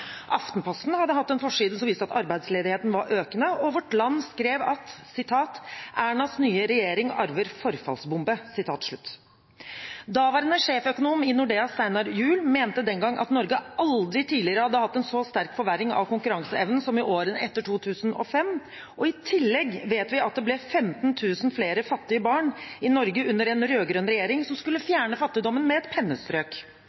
Aftenposten hadde hatt en forside som viste at arbeidsledigheten var økende, og Vårt Land skrev: «Ernas nye regjering arver forfallsbombe.» Daværende sjeføkonom i Nordea, Steinar Juel, mente den gang at Norge aldri tidligere hadde hatt en så sterk forverring av konkurranseevnen som i årene etter 2005. I tillegg vet vi at det ble 15 000 flere fattige barn i Norge under en rød-grønn regjering som skulle